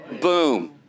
Boom